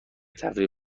تفریح